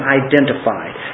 identified